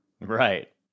Right